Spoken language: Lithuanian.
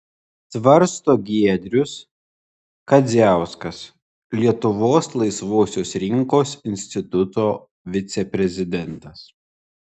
svarsto giedrius kadziauskas lietuvos laisvosios rinkos instituto viceprezidentas